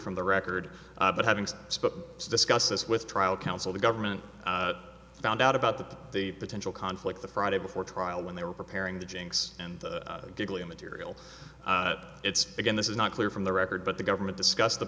from the record but having to discuss this with trial counsel the government found out about the potential conflict the friday before trial when they were preparing the jinx and giggly material it's again this is not clear from the record but the government discussed the